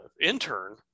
intern